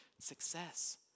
success